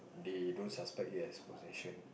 they don't suspect it as possession